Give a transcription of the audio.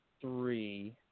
three